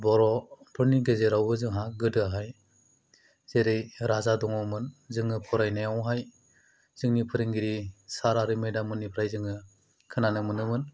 बर'फोरनि गेजेरावबो जोंहा गोदोहाय जेरै राजा दङमोन जोङो फरायनायावहाय जोंनि फोरोंगिरि सार आरो मेदाममोननिफ्राय जोङो खोनानो मोनोमोन